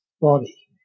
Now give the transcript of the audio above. body